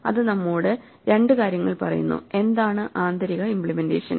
അത് നമ്മോട് രണ്ട് കാര്യങ്ങൾ പറയുന്നു എന്താണ് ആന്തരിക ഇമ്പ്ലിമെന്റേഷൻ